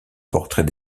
portraits